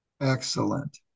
Excellent